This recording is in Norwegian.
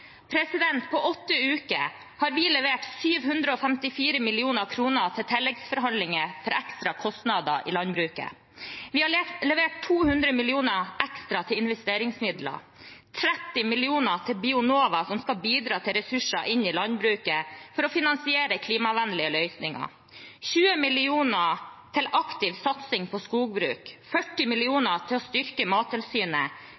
På åtte uker har vi levert 754 mill. kr til tilleggsforhandlinger for ekstra kostnader i landbruket. Vi har levert 200 mill. kr ekstra til investeringsmidler, 30 mill. kr til Bionova, som skal bidra til ressurser inn i landbruket for å finansiere klimavennlige løsninger, 20 mill. kr til aktiv satsing på skogbruk, 40